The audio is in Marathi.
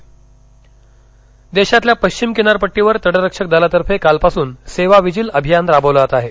अभियान पालघर देशातल्या पश्चिम किनारपट्टीवर तटरक्षक दलातर्फे कालपासून सेवा विजील अभियान राबवलं जात आहे